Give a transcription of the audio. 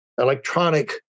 electronic